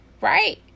right